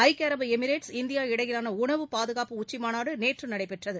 ஐக்கிய Emirates India இடையிலானஉணவு பாதுகாப்பு த உச்சிமாநாடுநேற்றுநடைபெற்றது